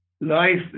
life